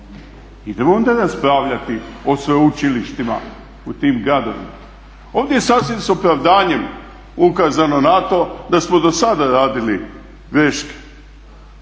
idemo onda raspravljati o sveučilištima u tim gradovima. Ovdje je sasvim s opravdanjem ukazano na to da smo dosada radili greške,